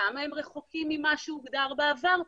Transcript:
כמה הם רחוקים ממה שהוגדר בעבר?